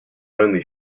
only